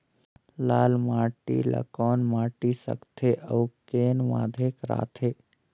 लाल माटी ला कौन माटी सकथे अउ के माधेक राथे?